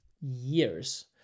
Years